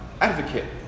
advocate